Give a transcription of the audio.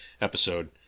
episode